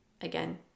again